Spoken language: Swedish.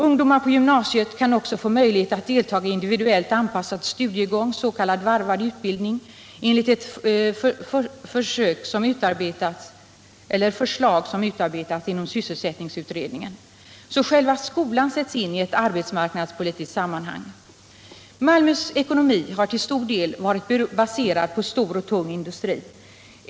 Ungdomar på gymnasiet kan också få möjlighet att delta i individuellt anpassad studiegång, s.k. varvad utbildning, enligt ett förslag som utarbetats inom sysselsättningsutredningen. Själva skolan sätts alltså in i ett arbetsmarknadspolitiskt sammanhang. Malmös ekonomi har till stor del varit baserad på stor och tung industri.